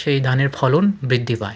সেই ধানের ফলন বৃদ্ধি পায়